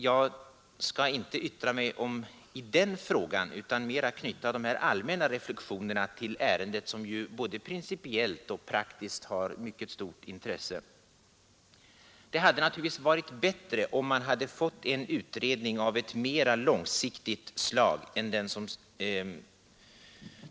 Jag skall inte yttra mig i den frågan utan mera knyta de här allmänna reflexionerna till förslaget till ny arbetsordning, som både principiellt och praktiskt är av mycket stort intresse.